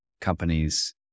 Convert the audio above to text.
companies